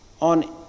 on